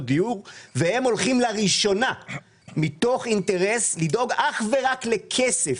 דיור והם הולכים לראשונה מתוך אינטרס לדאוג כך וכך לכסף,